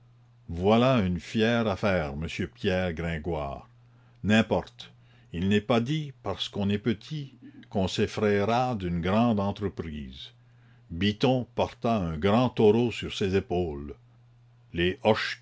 voilà une fière affaire monsieur pierre gringoire n'importe il n'est pas dit parce qu'on est petit qu'on s'effraiera d'une grande entreprise biton porta un grand taureau sur ses épaules les